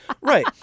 right